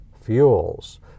fuels